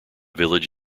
village